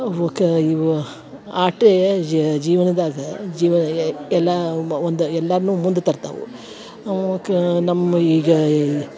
ಅವು ಕಾ ಇವು ಆಟೇ ಜೀವನದಾಗ ಜೀವ ಎಲ್ಲಾ ಮ ಒಂದು ಎಲ್ಲಾದ್ನು ಮುಂದು ತರ್ತಾವು ಕಾ ನಮ್ಮ ಈಗ